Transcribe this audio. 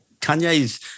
Kanye's